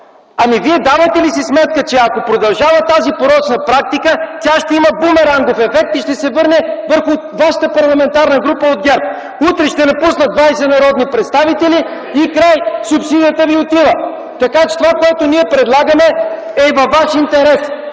Ами Вие давате ли си сметка, че ако продължава тази порочна практика, тя ще има бумерангов ефект и ще се върне върху вашата парламентарна група – на ГЕРБ? Утре ще напуснат 20 народни представители и край! Субсидията ви отива! (Смях от ГЕРБ.) Така че това, което ние предлагаме, е и във ваш интерес!